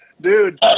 Dude